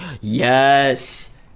Yes